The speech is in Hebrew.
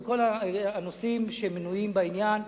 וכל הנושאים שמנויים בעניין,